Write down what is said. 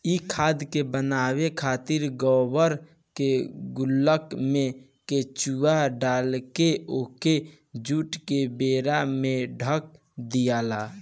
इ खाद के बनावे खातिर गोबर के गल्ला में केचुआ डालके ओके जुट के बोरा से ढक दियाला